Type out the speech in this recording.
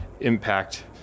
impact